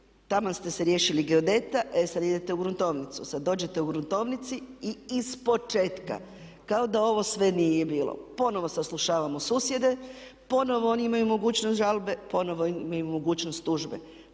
Taman ste se riješili geodeta, e sad idete u gruntovnicu, sad dođete u gruntovnici i ispočetka kao da ovo sve nije bilo, ponovno saslušavamo susjede, ponovo oni imaju mogućnost žalbe, ponovo mi imamo mogućnost tužbe.